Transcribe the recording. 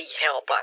help